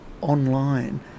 online